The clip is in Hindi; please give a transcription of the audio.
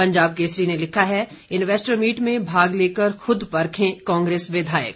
पंजाब केसरी ने लिखा है इंवेस्टर मीट में भाग लेकर खुद परखें कांग्रेस विधायक